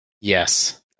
Yes